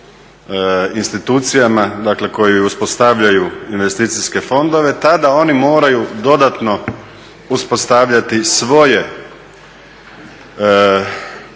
institucijama, dakle koje uspostavljaju investicijske fondove, tada oni moraju dodatno uspostaviti svoje odjele,